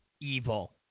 evil